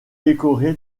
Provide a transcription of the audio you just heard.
décoré